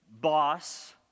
boss